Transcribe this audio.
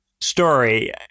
story